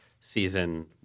season